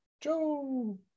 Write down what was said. Joe